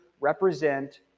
represent